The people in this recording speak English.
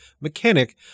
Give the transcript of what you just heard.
mechanic